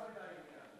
קצר ולעניין.